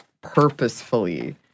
purposefully